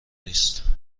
نیست